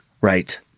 Right